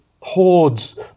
hordes